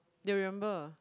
they remember